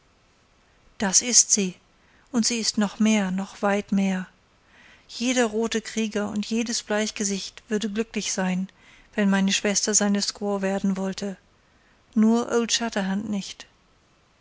das ist sie und sie ist noch mehr noch weit mehr jeder rote krieger und jedes bleichgesicht würde glücklich sein wenn meine schwester seine squaw werden wollte nur old shatterhand nicht